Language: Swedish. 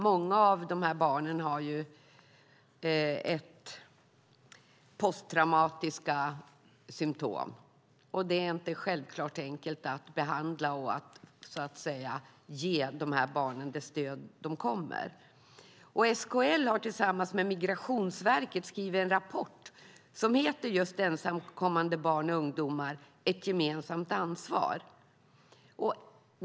Många av dessa barn har posttraumatiska symtom, och det är inte självklart enkelt att ge dem det stöd och den behandling de behöver. SKL har tillsammans med Migrationsverket skrivit en rapport som heter just Ensamkommande barn och ungdomar - ett gemensamt ansvar .